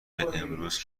امروز